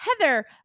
Heather